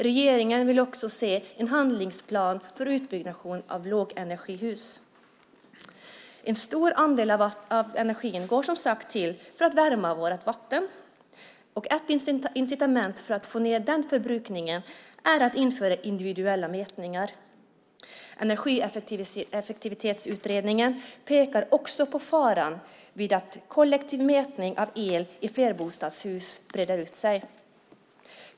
Regeringen vill också se en handlingsplan för att öka byggandet av lågenergihus. En stor andel av energin går, som sagt, åt för att värma vårt vatten. Ett incitament för att få ned den förbrukningen är att införa individuella mätningar. Energieffektiviseringsutredningen pekar också på faran vid kollektiv mätning av el i flerbostadshus.